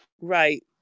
Right